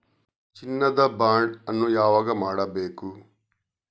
ಚಿನ್ನ ದ ಬಾಂಡ್ ಅನ್ನು ಯಾವಾಗ ಮಾಡಬೇಕು?